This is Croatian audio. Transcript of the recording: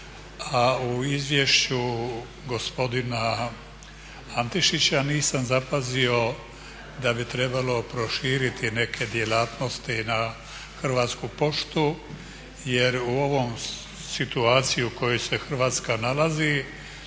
A u izvješću gospodina Antišića nisam zapazio da bi trebalo proširiti neke djelatnosti na Hrvatsku poštu jer u ovoj situaciju u kojoj se Hrvatska nalazi